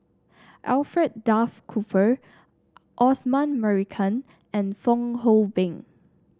Alfred Duff Cooper Osman Merican and Fong Hoe Beng